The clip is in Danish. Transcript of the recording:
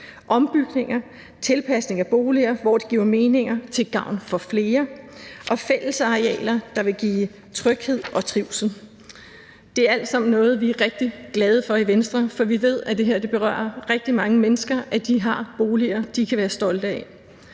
ombygninger; tilpasning af boliger, hvor det giver mening og er til gavn for flere; og fællesarealer, der vil give tryghed og trivsel. Det er alt sammen noget, vi er rigtig glade for i Venstre, for vi ved, at det her berører rigtig mange mennesker, altså at de har boliger, de kan være stolte af.